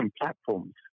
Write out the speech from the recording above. platforms